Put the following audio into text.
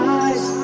eyes